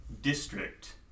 district